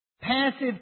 Passive